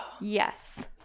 Yes